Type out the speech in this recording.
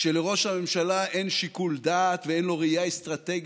כשלראש הממשלה אין שיקול דעת ואין לו ראייה אסטרטגית,